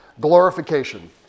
glorification